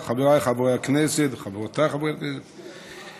חבר הכנסת מסעוד גנאים,